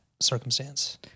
circumstance